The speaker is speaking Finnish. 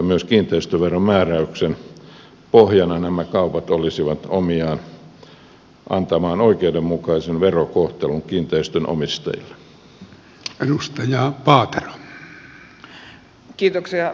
myös kiinteistöveromääräyksen pohjana nämä kaupat olisivat omiaan antamaan oikeudenmukaisen verokohtelun kiinteistönomistajille